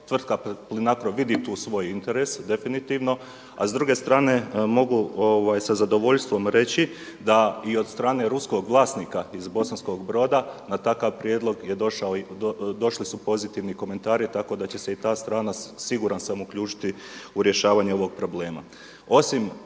Tvrtka Plinacro vidi tu svoj interes definitivno. A s druge strane mogu sa zadovoljstvom reći da i od strane ruskog vlasnika iz Bosanskog Broda na takav prijedlog je došli su pozitivni komentari tako da će se i ta strana siguran sam uključiti u rješavanje ovog problema.